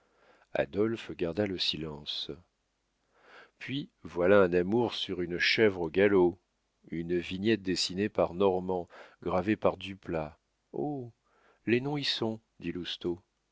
adolphe garda le silence puis voilà un amour sur une chèvre au galop une vignette dessinée par normand gravée par duplat oh les noms y sont dit